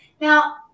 Now